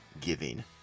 giving